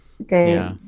okay